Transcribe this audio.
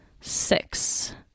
six